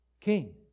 king